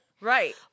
Right